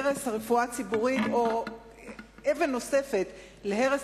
הרס הרפואה הציבורית או אבן נוספת בהרס